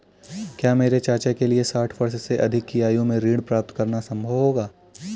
क्या मेरे चाचा के लिए साठ वर्ष से अधिक की आयु में ऋण प्राप्त करना संभव होगा?